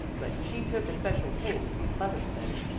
but she took especial pains to be pleasant to betty.